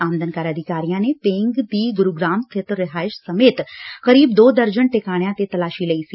ਆਮਦਨ ਕਰ ਅਧਿਕਾਰੀਆ ਨੇ ਪੇਗ ਦੀ ਗੁਰੁਗਰਾਮ ਸਬਿਤ ਰਿਹਾਇਸ਼ ਸਮੇਤ ਲਗਭਗ ਦੋ ਦਰਜਨ ਟਿਕਾਣਿਆਂ ਤੇ ਤਲਾਸ਼ੀ ਲਈ ਸੀ